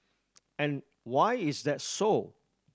and why is that so